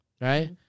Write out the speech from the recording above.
Right